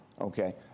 okay